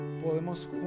Podemos